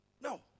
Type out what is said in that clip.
No